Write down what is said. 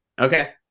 Okay